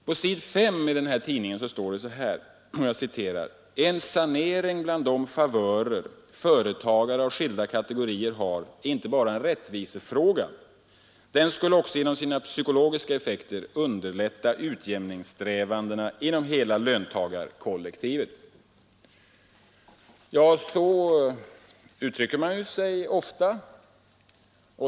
På s. 5 i tidningen Byggnadsarbetaren heter det: ”En sanering bland de favörer företagare av skilda kategorier har är inte bara en rättvisefråga — den skulle också genom sina psykologiska effekter underlätta utjämningssträvandena inom hela löntagarkollektivet.” Och så uttrycker man sig ofta.